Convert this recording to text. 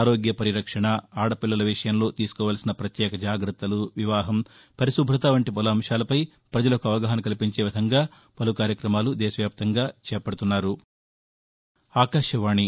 ఆరోగ్య పరిరక్షణ ఆద పిల్లల విషయంలో తీసుకోవాల్సిన ప్రత్యేక జాగ్రత్తలు వివాహం పరిశుభ్రత వంటి పలు అంశాలపై పజలకు అవగాహన కల్పించే విధంగా పలు కార్యక్రమాలు దేశ వ్యాప్తంగా చేపడుతున్నారు